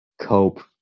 cope